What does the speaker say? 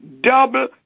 double